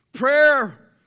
Prayer